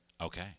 Okay